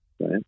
right